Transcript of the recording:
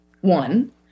One